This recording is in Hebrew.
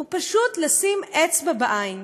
הוא פשוט לשים אצבע בעין